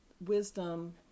wisdom